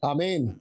Amen